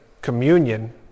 communion